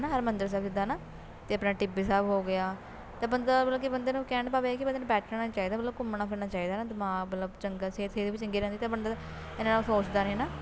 ਹੈ ਨਾ ਹਰਿਮੰਦਰ ਸਾਹਿਬ ਜਿੱਦਾਂ ਨਾ ਅਤੇ ਆਪਣਾ ਟਿੱਬੀ ਸਾਹਿਬ ਹੋ ਗਿਆ ਤਾਂ ਬੰਦਾ ਮਤਲਬ ਕਿ ਬੰਦੇ ਨੂੰ ਕਹਿਣ ਦਾ ਭਾਵ ਇਹ ਹੈ ਕਿ ਬੰਦੇ ਨੂੰ ਬੈਠਣਾ ਨਹੀਂ ਚਾਹੀਦਾ ਮਤਲਬ ਘੁੰਮਣਾ ਫਿਰਨਾ ਚਾਹੀਦਾ ਹੈ ਨਾ ਦਿਮਾਗ ਮਤਲਬ ਚੰਗਾ ਸਿਹਤ ਸਿਹਤ ਵੀ ਚੰਗੀ ਰਹਿੰਦੀ ਅਤੇ ਬੰਦੇ ਦਾ ਇੰਨਾ ਸੋਚਦਾ ਨਹੀਂ ਹੈ ਨਾ